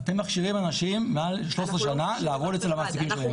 אתם מכשירים אנשים מעל 13 שנה לעבוד אצל המעסיקים שלהם.